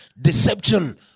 deception